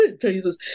Jesus